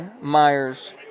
Myers